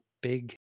big